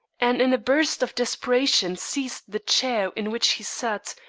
and in a burst of desperation seized the chair in which he sat,